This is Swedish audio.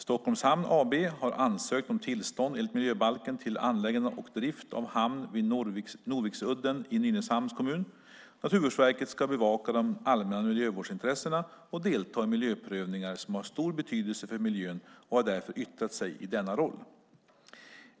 Stockholms Hamn AB har ansökt om tillstånd enligt miljöbalken för anläggande och drift av hamn vid Norviksudden i Nynäshamns kommun. Naturvårdsverket ska bevaka de allmänna miljövårdsintressena och delta i miljöprövningar som har stor betydelse för miljön och har därför yttrat sig i denna roll.